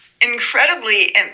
incredibly